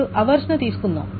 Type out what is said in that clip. ఇప్పుడు అవర్స్ ను తీసుకుందాం